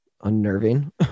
unnerving